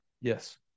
Yes